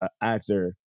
actor